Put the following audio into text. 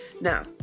Now